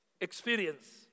experience